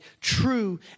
true